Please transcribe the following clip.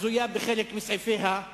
הזויה בחלק מסעיפיה,